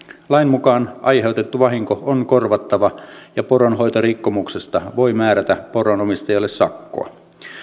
lain mukaan aiheutettu vahinko on korvattava ja poronhoitorikkomuksesta voi määrätä poron omistajalle sakkoa